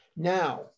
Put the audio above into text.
Now